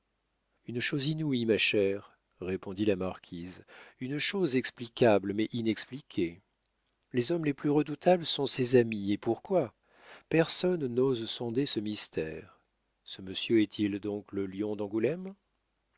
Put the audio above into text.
une chose inouïe ma chère répondit la marquise une chose explicable mais inexpliquée les hommes les plus redoutables sont ses amis et pourquoi personne n'ose sonder ce mystère ce monsieur est-il donc le lion d'angoulême